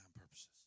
purposes